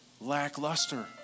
lackluster